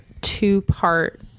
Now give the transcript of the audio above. two-part